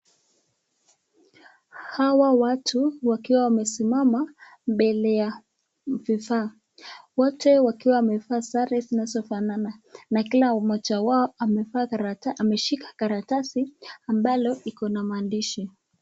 Hawa watu wakiwa wamesimama mbele ya vifaa. Wote wakiwa wamevaa sare zinazofanana na kila mmoja wao ameshika karatasi ambalo ikona maandishi.